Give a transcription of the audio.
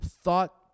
Thought